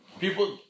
People